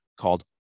called